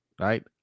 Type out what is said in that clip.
right